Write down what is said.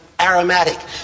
aromatic